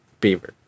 Beaver